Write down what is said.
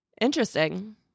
Interesting